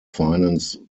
finance